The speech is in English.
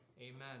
Amen